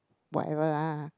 whatever lah